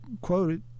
quoted